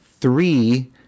three